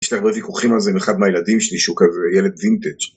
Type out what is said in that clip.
יש לי הרבה ויכוחים על זה עם אחד מהילדים שלי שהוא כזה ילד וינטג'